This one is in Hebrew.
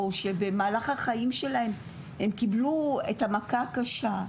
או שבמהלך החיים שלהם הם קיבלו את המכה הקשה.